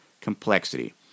complexity